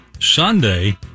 Sunday